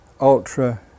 ultra